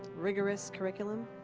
rigorous curriculum,